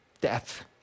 Death